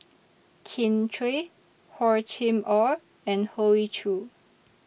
Kin Chui Hor Chim Or and Hoey Choo